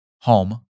home